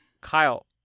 Kyle